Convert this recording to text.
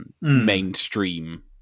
mainstream